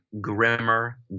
Grimmer